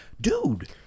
dude